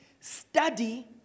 Study